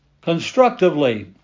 constructively